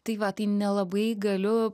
tai va tai nelabai galiu